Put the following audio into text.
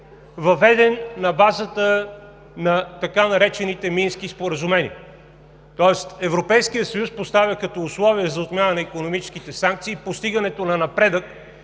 въведен на базата на така наречените Мински споразумения, тоест Европейският съюз поставя като условие за отмяна на икономическите санкции постигането на напредък